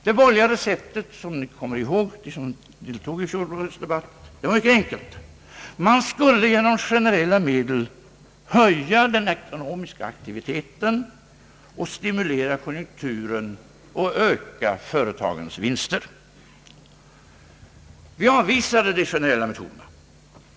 Det borgerliga receptet var, som deltagarna i fjolårets debatt kommer ihåg, mycket enkelt. Man skulle genom generella medel höja den ekonomiska aktiviteten, stimulera konjunkturen och öka företagens vinster. Vi avvisade de generella metoderna.